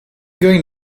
going